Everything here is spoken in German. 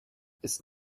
ist